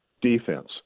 defense